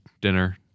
dinner